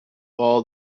all